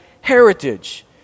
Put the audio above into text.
heritage